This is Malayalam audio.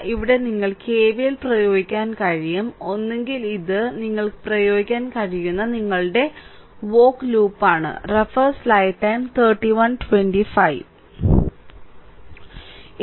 ഇവിടെ നിങ്ങൾക്ക് KVL പ്രയോഗിക്കാൻ കഴിയും ഒന്നുകിൽ ഇത് ഇത് നിങ്ങൾക്ക് പ്രയോഗിക്കാൻ കഴിയുന്ന നിങ്ങളുടെ വോക്ക് ലൂപ്പാണ്